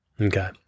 Okay